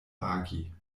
agi